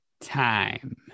time